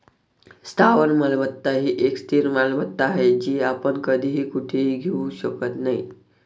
स्थावर मालमत्ता ही एक स्थिर मालमत्ता आहे, जी आपण कधीही कुठेही घेऊ शकत नाही